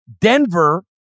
Denver